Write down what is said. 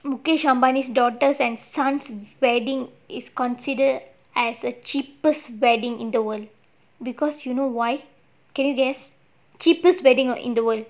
mukesh ambani daughters and sons wedding is considered as the cheapest wedding in the world because you know why can you guess cheapest wedding in the world because you know why can you guess cheapest wedding in the world